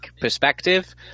perspective –